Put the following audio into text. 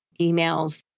emails